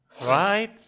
right